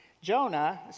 Jonah